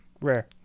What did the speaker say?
rare